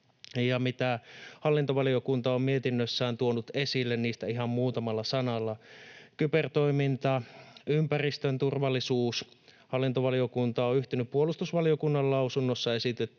mitä hallintovaliokunta on mietinnössään tuonut esille, ihan muutamalla sanalla. Kybertoiminta, ympäristön turvallisuus. Hallintovaliokunta on yhtynyt puolustusvaliokunnan lausunnossa esitettyyn